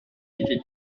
été